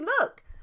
look